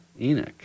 Enoch